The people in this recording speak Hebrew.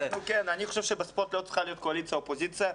חושב שבספורט לא צריכה להיות קואליציה/אופוזיציה.